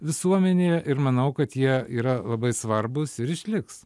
visuomenėje ir manau kad jie yra labai svarbūs ir išliks